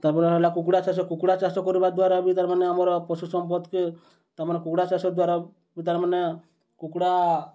ତା'ର୍ପରେ ହେଲା କୁକୁଡ଼ା ଚାଷ କୁକୁଡ଼ା ଚାଷ କରିବା ଦ୍ୱାରା ବି ତା'ର୍ମାନେ ଆମର୍ ପଶୁ ସମ୍ପଦକେ ତା'ର୍ମାନେ କୁକୁଡ଼ା ଚାଷ ଦ୍ୱାରା ବି ତା'ର୍ମାନେ କୁକୁଡ଼ା